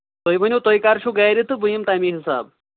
تُہۍ ؤنِو تُہۍ کر چھُو گَرِ تہٕ بہٕ یِمہٕ تَمی حِسابہٕ